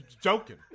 joking